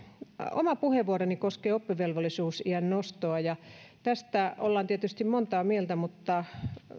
oma puheenvuoroni koskee oppivelvollisuusiän nostoa tästä ollaan tietysti montaa mieltä mutta